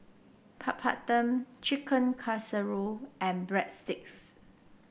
Papadum Chicken Casserole and Breadsticks